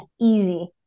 easy